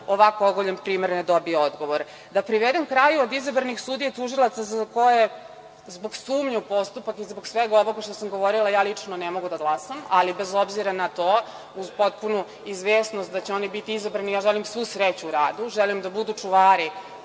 ovako oguljen primer ne dobije odgovor. Da privedem kraju od izabranih sudija tužilaca za koje zbog sumnju postupak i zbog svega ovoga što sam govorila, lično ne mogu da glasam, ali bez obzira na to uz potpunu izvesnost da će oni biti izabrani, želim im svu sreću u radu. Želim da budu čuvari